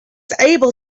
able